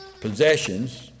possessions